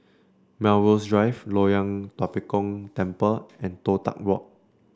Melrose Drive Loyang Tua Pek Kong Temple and Toh Tuck Walk